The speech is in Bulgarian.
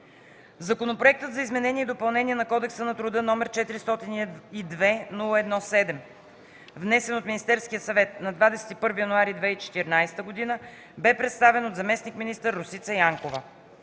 Законопроектът за изменение и допълнение на Кодекса на труда, № 402-01-7, внесен от Министерския съвет на 21 януари 2014 г., беше представен от заместник-министър Росица Янкова.